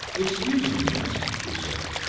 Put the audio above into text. excuse me, miss, she said,